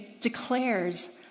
declares